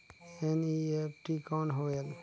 NEFT कौन होएल?